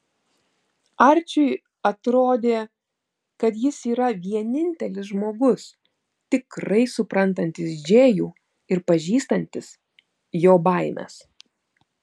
arčiui atrodė kad jis yra vienintelis žmogus tikrai suprantantis džėjų ir pažįstantis jo baimes